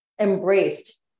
embraced